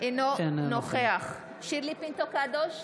אינו נוכח שירלי פינטו קדוש,